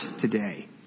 today